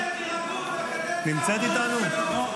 מיכאלי, נמצאת איתנו?